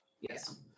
Yes